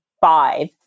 five